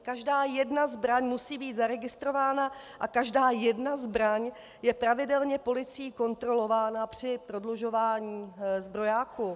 Každá jedna zbraň musí být zaregistrována a každá jedna zbraň je pravidelně policií kontrolována při prodlužování zbrojáku.